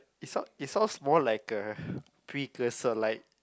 it sound it sounds more like a precursor like